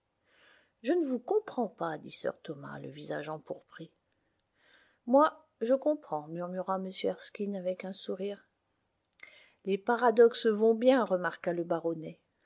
je ne vous comprends pas dit sir thomas le visage empourpré moi je comprends murmura m erskine avec un sourire les paradoxes vont bien remarqua le baronnet